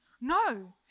no